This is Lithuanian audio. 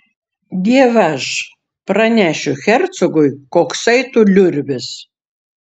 dievaž pranešiu hercogui koksai tu liurbis